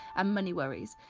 um money worries.